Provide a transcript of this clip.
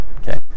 okay